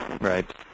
Right